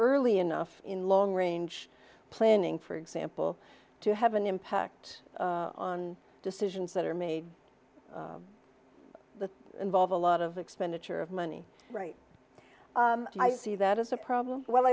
early enough in long range planning for example to have an impact on decisions that are made the involve a lot of expenditure of money right and i see that as a problem well